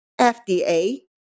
FDA